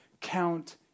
count